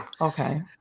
Okay